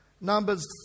Numbers